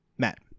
Matt